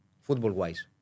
football-wise